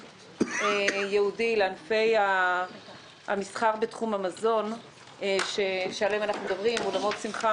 ייעודי לענפי המסחר בתחום המזון שעליהם אנחנו מדברים: אולמות שמחה,